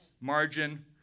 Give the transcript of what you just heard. Margin